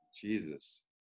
Jesus